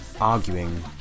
arguing